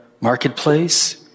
marketplace